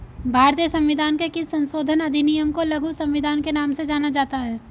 भारतीय संविधान के किस संशोधन अधिनियम को लघु संविधान के नाम से जाना जाता है?